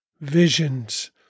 visions